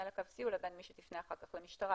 לקו סיוע לבין מי שתפנה אחר כך למשטרה.